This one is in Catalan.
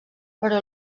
però